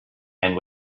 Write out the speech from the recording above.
and